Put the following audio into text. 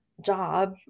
job